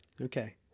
Okay